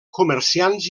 comerciants